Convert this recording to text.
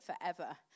forever